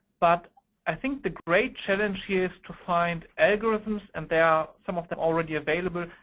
but i think the great challenge here is to find algorithms, and there are some of them already available,